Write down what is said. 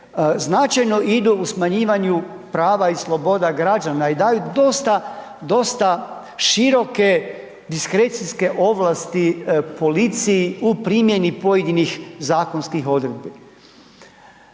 značajno idu u smanjivanju prava i sloboda građana i daju dosta, dosta široke diskrecijske ovlasti policiji u primjeni pojedinih zakonskih odredbi.